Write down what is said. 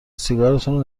سیگارتونو